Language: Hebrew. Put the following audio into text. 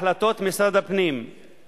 חבר הכנסת מסעוד גנאים, אתה רוצה לדבר?